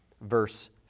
verse